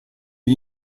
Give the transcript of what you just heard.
gli